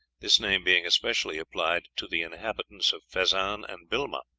this name being especially applied to the inhabitants of fezzan and bilma?